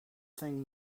thing